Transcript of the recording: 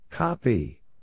Copy